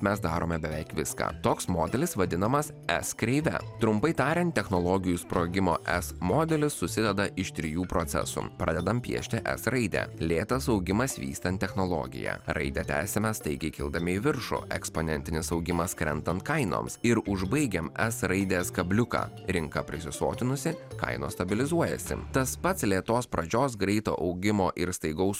mes darome beveik viską toks modelis vadinamas es kreive trumpai tariant technologijų sprogimo es modelis susideda iš trijų procesų pradedam piešti es raidę lėtas augimas vystant technologiją raidę tęsiame staigiai kildami į viršų eksponentinis augimas krentant kainoms ir užbaigiame es raidės kabliuką rinka prisisotinusi kainos stabilizuojasi tas pats lėtos pradžios greito augimo ir staigaus